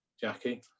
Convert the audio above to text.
Jackie